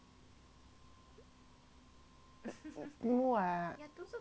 two [what]